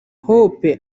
hope